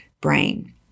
brain